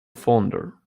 fonder